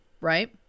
right